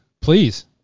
Please